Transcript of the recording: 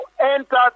enter